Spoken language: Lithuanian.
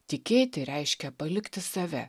tikėti reiškia palikti save